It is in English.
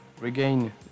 regain